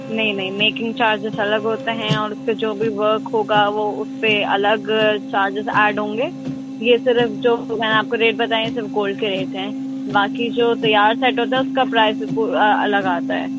نہیں نہیں making charges الگ ہوتے ہیں اور اس پہ جو بھی ورک ہوگا وہ اس پہ الگ چارجز ایڈ ہوں گے یہ صرف جو میں نے آپ کو ریٹ بتائے ہیں صرف گولڈ کے ریٹ ہیں باقی جو تیار سیٹ ہوتا ہے اس کا پرائز بالکل الگ آتا ہے